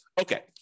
Okay